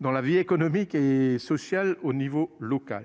dans la vie économique et sociale au niveau local.